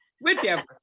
whichever